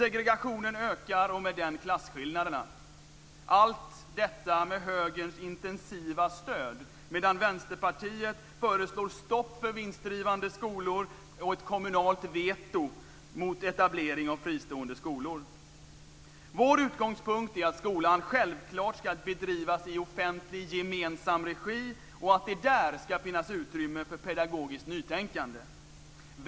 Segregationen ökar och med den klasskillnaderna - allt detta med Högerns intensiva stöd medan Vänsterpartiet föreslår stopp för vinstdrivande skolor och ett kommunalt veto mot etablering av fristående skolor. Vår utgångspunkt är att skolan självklart ska bedrivas i offentlig, gemensam regi och att det där ska finnas utrymme för pedagogiskt nytänkande.